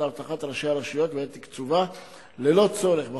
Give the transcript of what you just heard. אבטחת ראשי הרשויות ואת תקצובה ללא צורך בחקיקה.